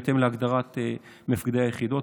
בהתאם להגדרת מפקדי היחידות.